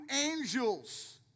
angels